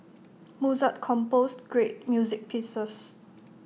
Mozart composed great music pieces